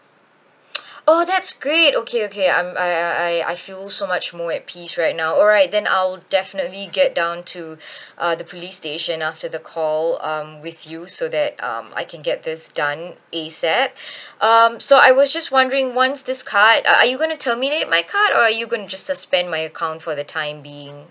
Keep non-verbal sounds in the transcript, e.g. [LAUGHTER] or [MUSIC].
[NOISE] oh that's great okay okay I'm I I I I feel so much more at peace right now alright then I'll definitely get down to uh the police station after the call um with you so that um I can get this done ASAP um so I was just wondering once this card uh are you going to terminate my card or are you going to just suspend my account for the time being